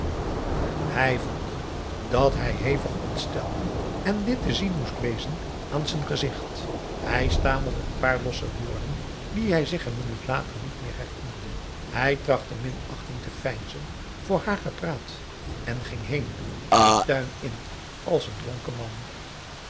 hij voelde dat hij hevig ontstelde en dit te zien moest wezen aan z'n gezicht hij stamelde een paar losse woorden die hij zich een minuut later niet meer herinnerde hij trachtte minachting te veinzen voor haar gepraat en ging heen den tuin in als een dronken man